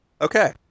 Okay